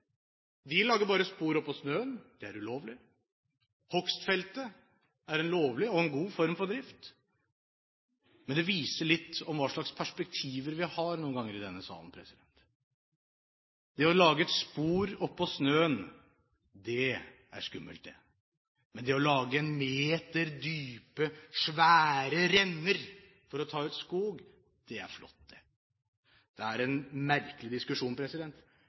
De lager bare spor oppå snøen. Det er ulovlig. Hogstfeltet er en lovlig og en god form for drift, men det viser litt om hva slags perspektiver vi har noen ganger i denne salen. Det å lage et spor oppå snøen, det er skummelt, det! Det å lage en meter dype, svære renner for å ta ut skog, det er flott, det! Det er en merkelig diskusjon.